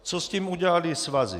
Co s tím udělaly svazy?